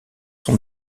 sont